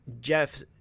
Jeff